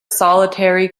solitary